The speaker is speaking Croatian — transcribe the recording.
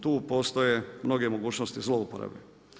Tu postoje mnoge mogućnosti zlouporabe.